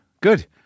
Good